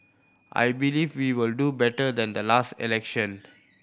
I believe we will do better than the last election